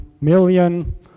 million